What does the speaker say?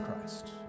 Christ